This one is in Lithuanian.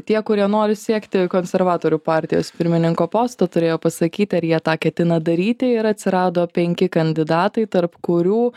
tie kurie nori siekti konservatorių partijos pirmininko posto turėjo pasakyti ar jie tą ketina daryti ir atsirado penki kandidatai tarp kurių